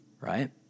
right